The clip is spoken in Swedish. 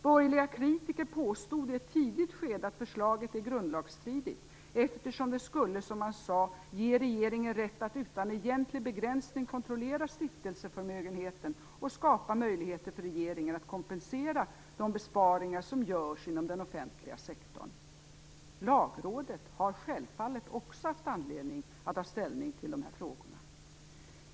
Borgerliga kritiker påstod i ett tidigt skede att förslaget är grundlagsstridigt eftersom det skulle, som man sade ge regeringen rätt att utan egentlig begränsning kontrollera stiftelseförmögenheten och skapa möjligheter för regeringen att kompensera de besparingar som görs inom den offentliga sektorn. Lagrådet har självfallet också haft anledning att ta ställning till de här frågorna.